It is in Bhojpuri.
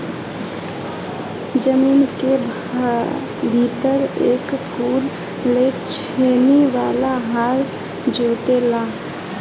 जमीन के भीतर एक फुट ले छेनी वाला हल जोते ला